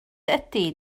ydy